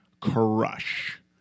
crush